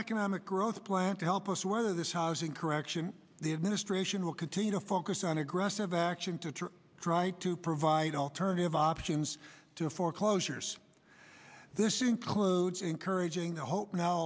economic growth plan to help us weather this housing correction the administration will continue to focus on aggressive action to try to provide alternative options to foreclosures this includes encouraging the hope now